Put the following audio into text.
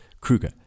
Kruger